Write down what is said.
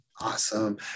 Awesome